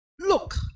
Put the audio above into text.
look